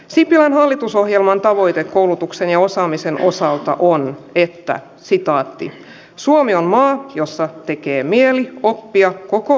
sijaan hallitusohjelman tavoite koulutuksen ja osaamisen osalta kuin että sitaatti suomi on maa jossa tekee mieli oppia koko